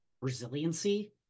Resiliency